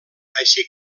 així